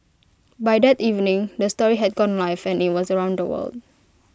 by that evening the story had gone live and IT was around the world